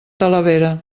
talavera